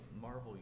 Marvel